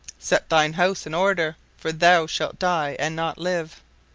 set thine house in order, for thou shalt die, and not live.